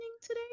today